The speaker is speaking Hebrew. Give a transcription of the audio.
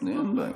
אני אדחה למחר.